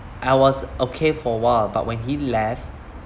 I was okay for awhile but when he left